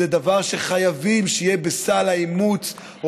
אלו דברים שחייבים שיהיה בסל האימוץ או